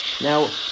Now